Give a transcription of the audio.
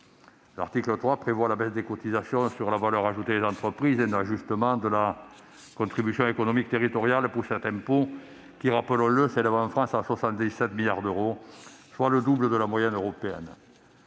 l'article 3 prévoit la baisse de la cotisation sur la valeur ajoutée des entreprises et un ajustement de la contribution économique territoriale (CET) pour cet impôt qui s'élève, en France, à 77 milliards d'euros, soit le double de la moyenne de